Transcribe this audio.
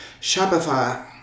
Shopify